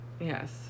Yes